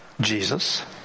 Jesus